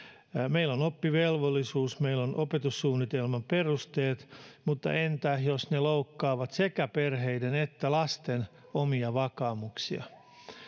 meillä on oppivelvollisuus meillä on opetussuunnitelman perusteet mutta entä jos ne loukkaavat sekä perheiden että lasten omia vakaumuksia